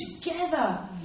together